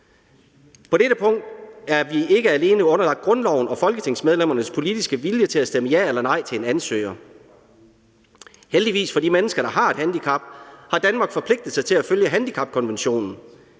På dette punkt er vi ikke alene underlagt grundloven og folketingsmedlemmernes politiske vilje til at stemme ja eller nej til en ansøger. Heldigvis for de mennesker, der har et handicap, har Danmark forpligtet sig til at følge handicapkonventionen.